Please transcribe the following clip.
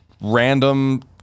random